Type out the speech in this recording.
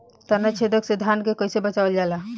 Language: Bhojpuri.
ताना छेदक से धान के कइसे बचावल जाला?